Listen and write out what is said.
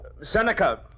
seneca